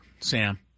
Sam